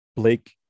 Blake